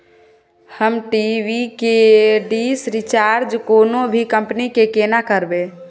हम टी.वी के dish recharge कोनो भी कंपनी के केना करबे?